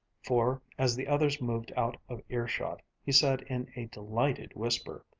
for as the others moved out of earshot he said in a delighted whisper,